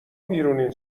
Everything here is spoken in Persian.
بیرونین